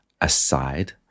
aside